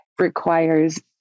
requires